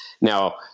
Now